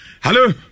Hello